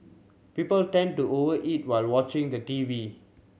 people tend to over eat while watching the T V television